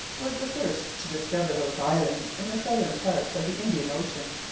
was the first to discover those islands in the southern part of the indian ocean.